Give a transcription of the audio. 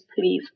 please